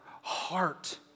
heart